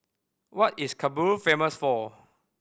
what is Kabul famous for